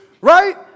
Right